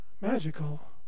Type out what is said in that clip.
magical